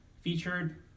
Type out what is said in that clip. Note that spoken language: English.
featured